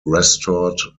restored